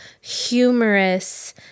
humorous